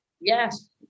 Yes